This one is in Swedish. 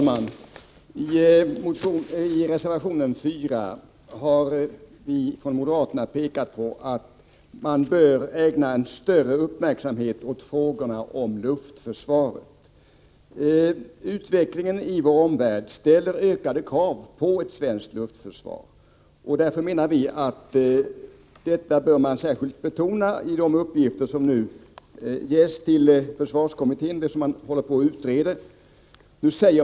Fru talman! I reservation 4 har vi från moderaterna pekat på att man bör ägna större uppmärksamhet åt frågorna om luftförsvaret. Utvecklingen i vår omvärld ställer ökade krav på ett svenskt luftförsvar. Vi menar att man särskilt bör betona detta i de uppgifter som nu ges till försvarskommittén.